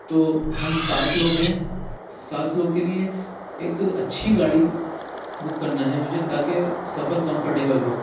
تو ہم سات لوگ ہیں سات لوگوں کے لئے ایک اچھی گاڑی بک کرنا ہے مجھے تاکہ سفرکمفرٹیبل ہو